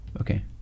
Okay